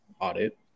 audit